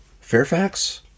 Fairfax